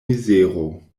mizero